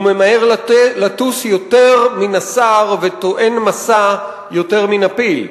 / הוא ממהר לטוס יותר מן הסער וטוען משא / יותר מן הפיל.